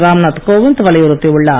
ராம்நாத் கோவிந்த் வலியுறுத்தியுள்ளார்